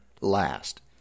last